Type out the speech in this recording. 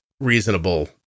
reasonable